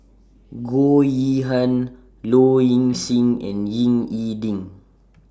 Goh Yihan Low Ing Sing and Ying E Ding